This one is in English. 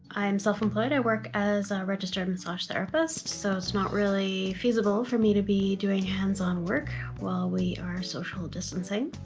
i'm self-employed. i work as a registered massage therapist. so it's not really feasible for me to be doing hands-on work while we are social distancing.